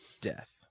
death